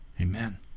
Amen